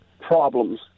problems